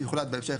יוחלט בהמשך,